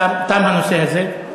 תם הנושא הזה.